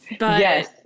Yes